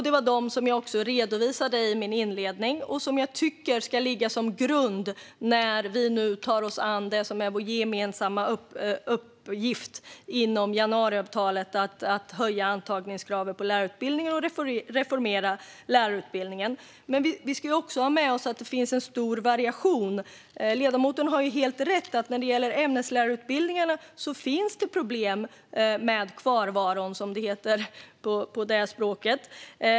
Det var dem jag redovisade i min inledning och som jag tycker ska ligga till grund när vi nu tar oss an det som är vår gemensamma uppgift inom januariavtalet, nämligen att höja antagningskraven på lärarutbildningen och reformera lärarutbildningen. Vi dock ska också ha med oss att det finns en stor variation. Ledamoten har helt rätt i att när det gäller ämneslärarutbildningarna finns det problem med kvarvaron, som det heter.